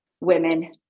women